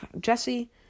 Jesse